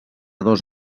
dos